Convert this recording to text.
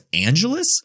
angeles